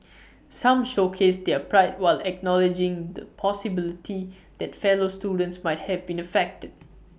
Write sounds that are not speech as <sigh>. <noise> some showcased their pride while acknowledging the possibility that fellow students might have been affected